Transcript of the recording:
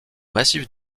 massive